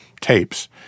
tapes